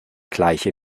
gleiche